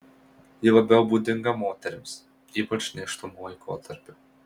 ji labiau būdinga moterims ypač nėštumo laikotarpiu